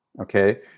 Okay